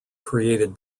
created